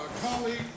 colleague